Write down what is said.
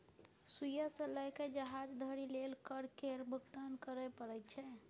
सुइया सँ लए कए जहाज धरि लेल कर केर भुगतान करय परैत छै